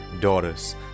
daughters